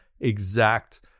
exact